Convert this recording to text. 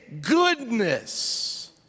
goodness